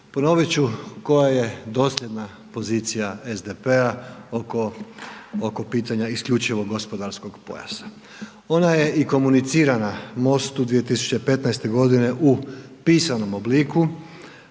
ponoviti ću koja je dosljedna pozicija SDP-a oko pitanja isključivog gospodarskog pojasa. Ona je i komuniciranja u MOST-u 2015. godine u pisanom obliku